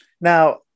Now